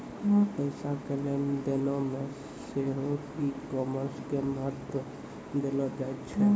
पैसा के लेन देनो मे सेहो ई कामर्स के महत्त्व देलो जाय छै